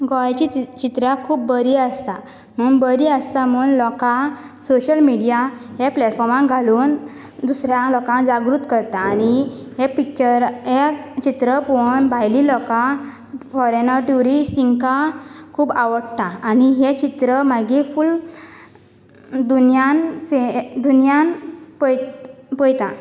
गोंयाची चित्रां खूब बरी आसा बरी आसता म्हूण लोकांक सोशल मिडिया ह्या प्लेटफॉर्मार घालून दुसऱ्या लोकांक जागृत करतां आनी हें पिक्चर हें चित्र पळोवन भायली लोकां फॉरेनर टुरीस्ट तांकां खूब आवडटा आनी हें चित्र मागीर फूल दुनियान दुनियान पय पळयता